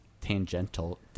tangential